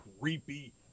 creepy